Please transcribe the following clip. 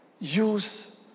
use